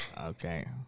Okay